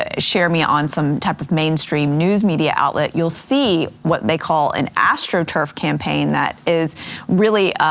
ah share me on some type of mainstream news media outlet, you'll see what they call an astroturf campaign that is really